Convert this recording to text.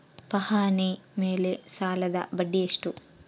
ಪಹಣಿ ಮೇಲೆ ಸಾಲದ ಬಡ್ಡಿ ಎಷ್ಟು?